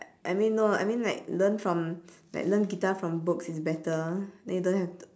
I mean no lah I mean like learn from like learn guitar from books is better then you don't have t~